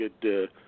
good –